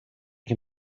can